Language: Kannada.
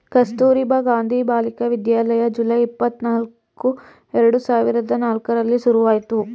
ಕಸ್ತೂರಬಾ ಗಾಂಧಿ ಬಾಲಿಕ ವಿದ್ಯಾಲಯ ಜುಲೈ, ಇಪ್ಪತನಲ್ಕ್ರ ಎರಡು ಸಾವಿರದ ನಾಲ್ಕರಲ್ಲಿ ಶುರುವಾಯ್ತು